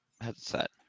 headset